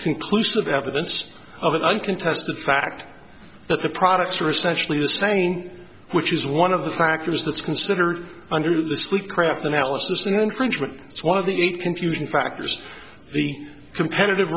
conclusive evidence of an uncontested fact that the products are essentially the saying which is one of the factors that's considered under the sweet craft analysis and encouragement one of the eight confusion factors the competitive